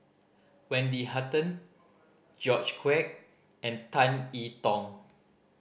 Wendy Hutton George Quek and Tan I Tong